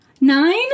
Nine